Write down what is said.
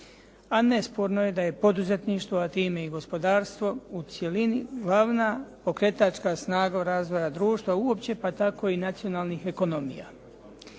A nesporno je da je poduzetništvo, a time i gospodarstvo u cjelini glavna pokretačka snaga razvoja društva uopće, pa tako i nacionalnih ekonomija.